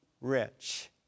rich